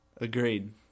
Agreed